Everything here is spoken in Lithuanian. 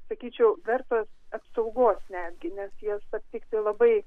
sakyčiau vertos apsaugos netgi nes jas aptikti labai